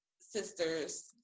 sisters